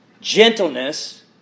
gentleness